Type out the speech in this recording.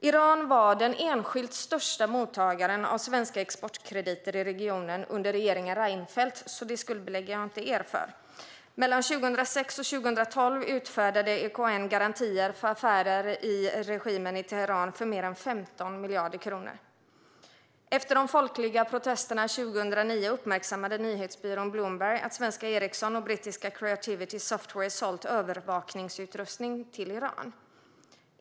Iran var den enskilt största mottagaren av svenska exportkrediter i regionen under regeringen Reinfeldt, så det skuldbelägger jag inte er för. Mellan 2006 och 2012 utfärdade EKN garantier för affärer med regimen i Teheran för mer än 15 miljarder kronor. Efter de folkliga protesterna 2009 uppmärksammade nyhetsbyrån Bloomberg att svenska Ericsson och brittiska Creativity Software sålt övervakningsutrustning till Iran.